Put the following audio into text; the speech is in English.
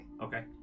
Okay